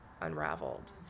unraveled